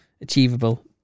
achievable